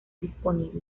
disponible